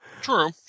true